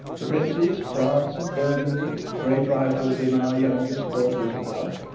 the princes, france and burgundy, great rivals in our youngest daughter's love,